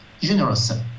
generous